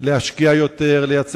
כהנחת